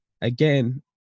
again